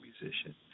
musician